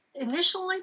initially